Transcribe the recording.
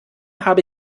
habe